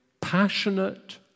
passionate